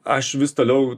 aš vis toliau